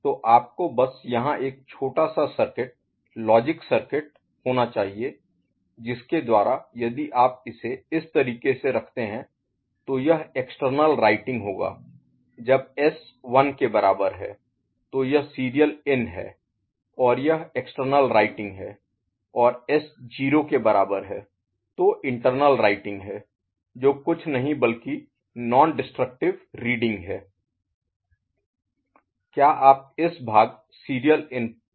तो आपको बस यहाँ एक छोटा सा सर्किट लॉजिक सर्किट होना चाहिए जिसके द्वारा यदि आप इसे इस तरीके से रखते हैं तो यह एक्सटर्नल राइटिंग होगा जब S 1 के बराबर है तो यह सीरियल इन है और यह एक्सटर्नल राइटिंग है और S 0 के बराबर है तो इंटरनल राइटिंग है जो कुछ नहीं बल्कि नॉन डिस्ट्रक्टिव Non Destructive गैर विनाशकारी रीडिंग है